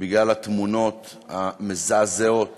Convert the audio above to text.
בגלל התמונות המזעזעות